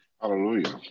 Hallelujah